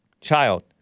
child